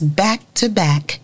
back-to-back